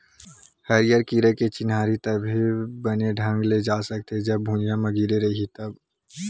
हरियर कीरा के चिन्हारी तभे बने ढंग ले जा सकथे, जब भूइयाँ म गिरे रइही तब